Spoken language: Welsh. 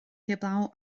heblaw